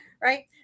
right